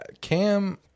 Cam